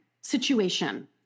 situation